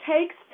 takes